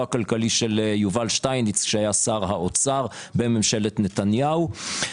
הכלכלי של יובל שטייניץ שהיה שר האוצר בממשלת נתניהו.